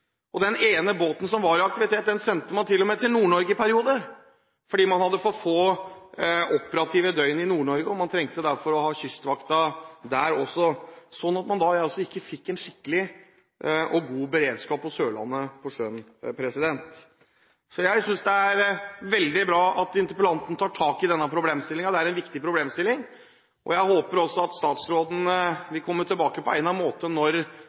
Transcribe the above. Den ene båten som var i aktivitet, sendte man til og med til Nord-Norge i perioder, fordi man hadde for få operative døgn i Nord-Norge og man derfor trengte å ha Kystvakta også der, slik at man ikke fikk en skikkelig og god beredskap på sjøen på Sørlandet. Jeg synes det er veldig bra at interpellanten tar tak i denne problemstillingen, det er en viktig problemstilling. Jeg håper også at statsråden vil komme tilbake på egnet måte når